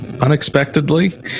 unexpectedly